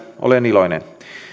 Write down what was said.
olen iloinen